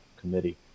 committee